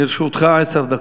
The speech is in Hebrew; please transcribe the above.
לרשותך עשר דקות.